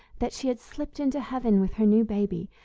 that she had slipped into heaven with her new baby,